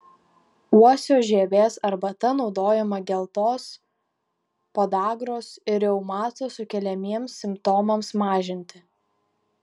uosio žievės arbata naudojama geltos podagros ir reumato sukeliamiems simptomams mažinti